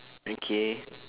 okay